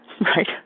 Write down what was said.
right